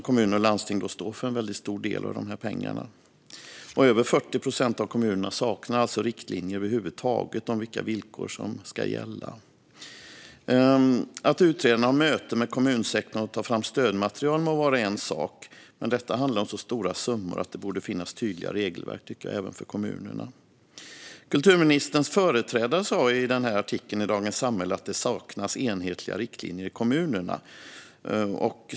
Kommuner och landsting står ju för en stor del av här pengarna, och över 40 procent av kommunerna saknar över huvud taget riktlinjer för vilka villkor som ska gälla. Att utredaren har möten med kommunsektorn och tar fram stödmaterial må vara en sak, men detta handlar om så stora summor att det borde finnas tydliga regelverk även för kommunerna. Kulturministerns företrädare sa i artikeln i Dagens Samhälle att det saknas enhetliga riktlinjer i kommunerna.